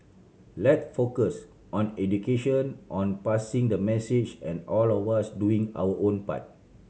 let focus on education on passing the message and all of us doing our own part